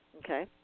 Okay